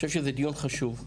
אני חושב שזה דיון חשוב.